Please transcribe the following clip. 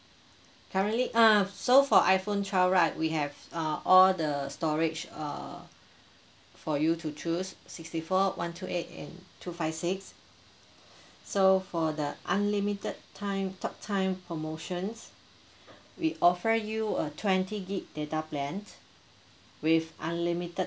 currently err so for iphone twelve right we have uh all the storage err for you to choose sixty four one two eight and two five six so for the unlimited time talk time promotions we offer you a twenty gig data plan with unlimited